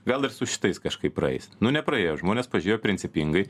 gal ir su šitais kažkaip praeis nu nepraėjo žmonės pažiūrėjo principingai